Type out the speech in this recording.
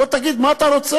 בוא תגיד מה אתה רוצה.